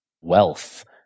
wealth